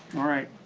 alright,